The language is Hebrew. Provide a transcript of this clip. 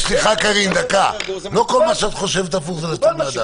קארין, לא כל מה שאת חושבת הפוך זה לצאת מהדעת.